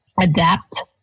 adapt